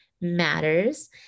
matters